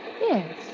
Yes